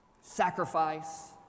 Sacrifice